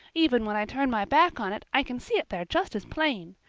even when i turn my back on it i can see it there just as plain.